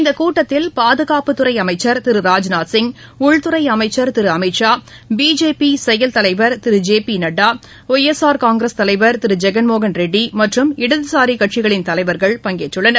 இந்த கூட்டத்தில் பாதுகாப்பு துறை அமைச்சர் திரு ராஜ்நாத்சிய் உள்துறை அமைச்சர் திரு அமித்ஷா பிஜேபி செயல் தலைவர் திரு J P Nadda YSR Congress தலைவர் திரு ஜெகன் மோகன் ரெட்டி மற்றும் இடதுசாரி கட்சிகளின் தலைவர்கள் பங்கேற்றுள்ளனர்